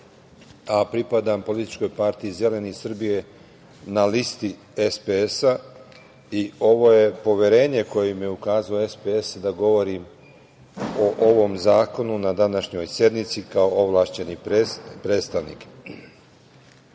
a pripadam političkoj partiji Zeleni Srbije na listi SPS i ovo je poverenje koje mi je ukazao SPS da govorim o ovom zakonu na današnjoj sednici kao ovlašćeni predstavnik. Počeo